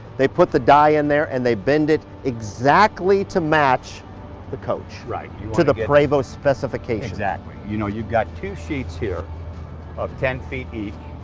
they put the die in there and they bend it exactly to match the coach to the prevost specifications. exactly. you know, you've got two sheets here of ten feet each.